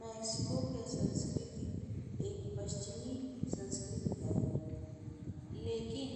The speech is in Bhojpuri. मेक्सिको के संस्कृति एक पश्चिमी संस्कृति हवे लेकिन